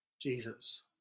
Jesus